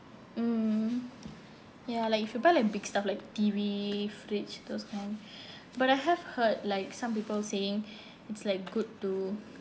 mm ya like if you buy like big stuff like T_V fridge those kind but I have heard like some people saying it's like good to